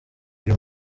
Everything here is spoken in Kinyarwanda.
uyu